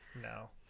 No